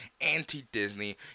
anti-disney